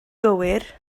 gywir